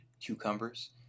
cucumbers